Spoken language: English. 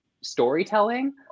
storytelling